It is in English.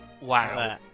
Wow